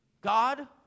God